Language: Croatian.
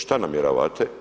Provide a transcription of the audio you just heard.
Šta namjeravate?